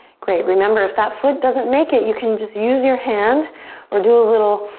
great, remember, if that foot doesn't make it, you can just use your hand or do a little,